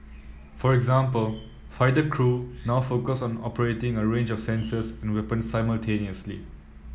for example fighter crew now focus on operating a range of sensors and weapons simultaneously